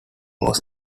was